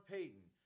Payton